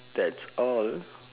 that's all